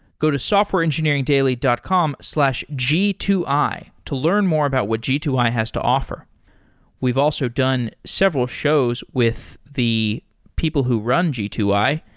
go to softwareengineeringdaily dot com slash g two i to learn more about what g two i has to offer we've also done several shows with the people who run g two i,